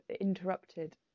interrupted